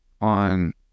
on